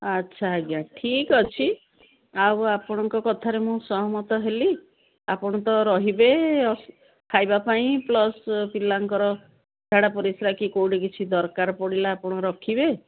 ଆଚ୍ଛା ଆଜ୍ଞା ଠିକ୍ ଅଛି ଆଉ ଆପଣଙ୍କ କଥାରେ ମୁଁ ସହମତ ହେଲି ଆପଣ ତ ରହିବେ ଖାଇବା ପାଇଁ ପ୍ଲସ୍ ପିଲାଙ୍କର ଝାଡ଼ା ପରିସା କି କେଉଁଠି କିଛି ଦରକାର ପଡ଼ିଲା ଆପଣ ରଖିବେ